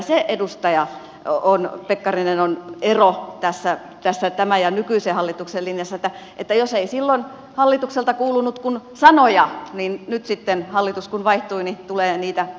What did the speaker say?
se edustaja pekkarinen on ero silloisen ja nykyisen hallituksen linjassa että jos ei silloin hallitukselta kuulunut kuin sanoja niin nyt sitten kun hallitus vaihtui tulee niitä tekoja